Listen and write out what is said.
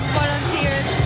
volunteers